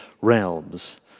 realms